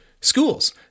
schools